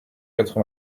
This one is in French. quatre